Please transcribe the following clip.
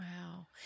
Wow